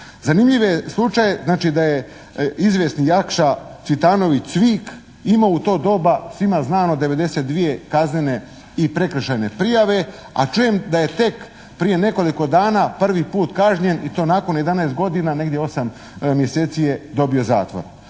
Zanimljiv je slučaj znači da je izvjesni Jakša Cvitanović Cvik imao u to doba svima znano 92 kaznene i prekršajne prijave, a čujem da je tek prije nekoliko dana prvi put kažnjen i to nakon 11 godina, negdje 8 mjeseci je dobio zatvora.